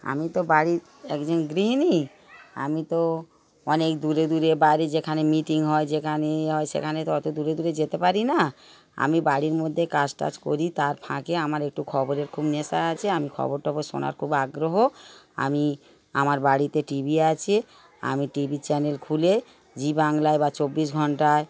আমি তো বাড়ির একজন গৃহিনী আমি তো অনেক দূরে দূরে বাইরে যেখানে মিটিং হয় যেখানে ই হয় সেখানে তো অত দূরে দূরে যেতে পারি না আমি বাড়ির মধ্যেই কাজ টাজ করি তার ফাঁকে আমার একটু খবরের খুব নেশা আছে আমি খবর টবর শোনার খুব আগ্রহ আমি আমার বাড়িতে টি ভি আছে আমি টি ভির চ্যানেল খুলে জি বাংলায় বা চব্বিশ ঘন্টায়